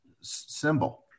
symbol